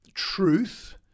truth